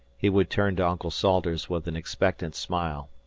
he would turn to uncle salters with an expectant smile.